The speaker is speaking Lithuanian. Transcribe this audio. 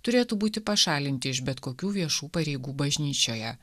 turėtų būti pašalinti iš bet kokių viešų pareigų bažnyčioje